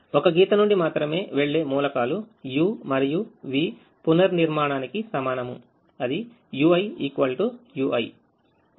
ఒక గీత నుండి మాత్రమే వెళ్లే మూలకాలు u మరియు v పునర్నిర్మాణానికి సమానము